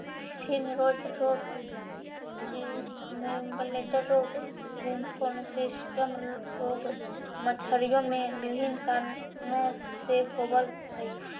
fin rot रोग, swim bladder रोग, lymphocystis रोग मछलियों में विभिन्न कारणों से होवअ हई